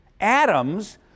atoms